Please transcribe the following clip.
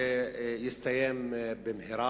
שהוא יסתיים במהרה.